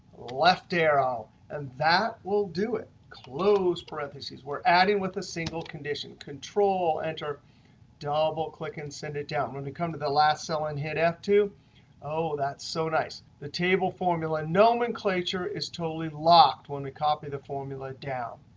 left arrow. and that will do it. close parentheses. we're adding with a single condition. control-enter, double-click, and send it down. when we come come to the last cell and hit f two oh, that's so nice. the table formula nomenclature is totally locked when we copy the formula down.